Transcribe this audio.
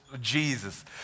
Jesus